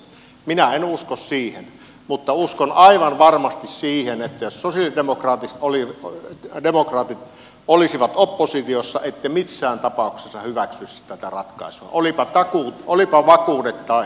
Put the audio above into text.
minä en usko siihen mutta uskon aivan varmasti siihen että jos sosialidemokraatit olisivat oppositiossa ette missään tapauksessa hyväksyisi tätä ratkaisua olipa vakuudet tai eivät